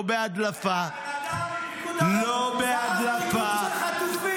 לא בהדלפה ------ לא בהדלפה.